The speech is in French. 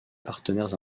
partenaires